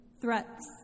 threats